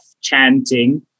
chanting